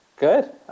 Good